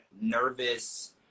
nervous